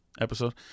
episode